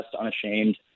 Unashamed